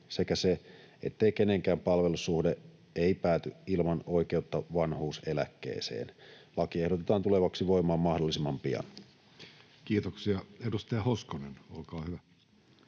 sekä se, ettei kenenkään palvelussuhde pääty ilman oikeutta vanhuuseläkkeeseen. Laki ehdotetaan tulevaksi voimaan mahdollisimman pian. Kiitoksia. — Edustaja Hoskonen, olkaa hyvä.